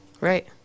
Right